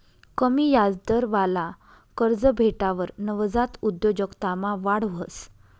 कमी याजदरवाला कर्ज भेटावर नवजात उद्योजकतामा वाढ व्हस